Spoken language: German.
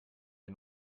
wir